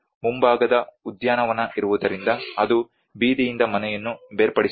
ಆದರೆ ನಮ್ಮಲ್ಲಿ ಮುಂಭಾಗದ ಉದ್ಯಾನವನ ಇರುವುದರಿಂದ ಅದು ಬೀದಿಯಿಂದ ಮನೆಯನ್ನು ಬೇರ್ಪಡಿಸುತ್ತದೆ